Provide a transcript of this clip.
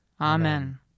Amen